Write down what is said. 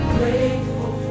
grateful